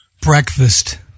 Breakfast